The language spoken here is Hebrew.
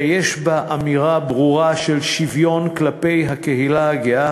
ויש בה אמירה ברורה של שוויון כלפי הקהילה הגאה